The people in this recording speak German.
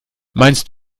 meinst